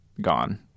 gone